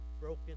broken